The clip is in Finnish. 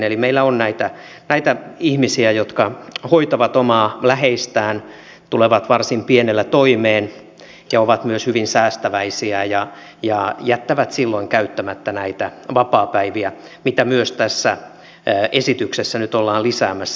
eli meillä on näitä ihmisiä jotka hoitavat omaa läheistään tulevat varsin pienellä toimeen ja ovat myös hyvin säästäväisiä ja jättävät silloin käyttämättä näitä vapaapäiviä mitä myös tässä esityksessä nyt ollaan lisäämässä